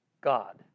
God